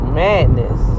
madness